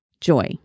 Joy